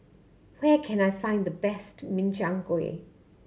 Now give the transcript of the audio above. where can I find the best Min Chiang Kueh